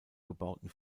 gebauten